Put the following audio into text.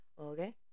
okay